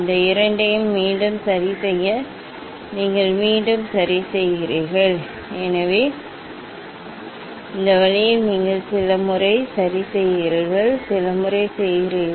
இந்த இரண்டையும் மீண்டும் சரிசெய்ய நீங்கள் மீண்டும் சரிசெய்கிறீர்கள் எனவே இந்த வழியில் நீங்கள் சில முறை சரி செய்கிறீர்கள் சில முறை செய்கிறீர்கள்